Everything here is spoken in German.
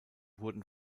wurden